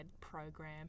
program